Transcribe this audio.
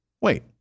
Wait